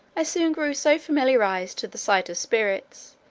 i soon grew so familiarized to the sight of spirits,